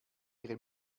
ihre